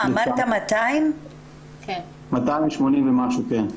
מאתיים שמונים ומשהו, כן.